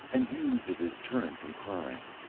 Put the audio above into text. and used as a deterrent from crime.